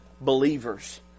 believers